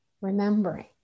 remembering